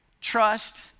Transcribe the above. Trust